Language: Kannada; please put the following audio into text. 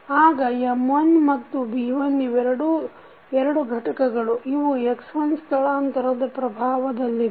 ಆಗ M1 ಮತ್ತು B1 ಇವೆರಡೂ ಎರಡು ಘಟಕಗಳು ಇವು x1 ಸ್ಥಳಾಂತರದ ಪ್ರಭಾವದಲ್ಲಿದೆ